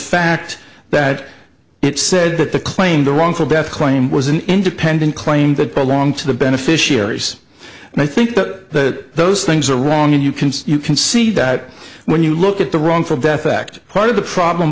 fact that it said that the claim the wrongful death claim was an independent claim that belonged to the beneficiaries and i think that those things are wrong and you can you can see that when you look at the wrongful death act part of the problem